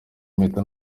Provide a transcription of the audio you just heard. impeta